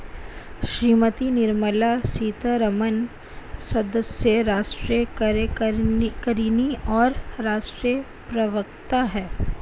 श्रीमती निर्मला सीतारमण सदस्य, राष्ट्रीय कार्यकारिणी और राष्ट्रीय प्रवक्ता हैं